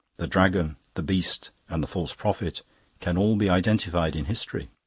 the dragon, the beast, and the false prophet can all be identified in history.